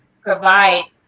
provide